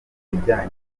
ibijyanye